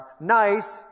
nice